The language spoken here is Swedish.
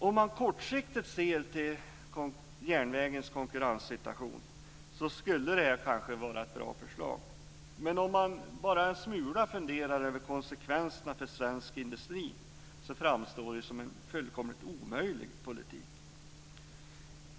Om man kortsiktigt ser till järnvägens konkurrenssituation skulle det här kanske vara ett bra förslag, men om man bara en smula funderar över konsekvenserna för svensk industri framstår det ju som en fullkomligt omöjlig politik.